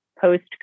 post